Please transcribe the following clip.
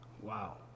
Wow